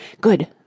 Good